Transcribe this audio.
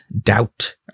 doubt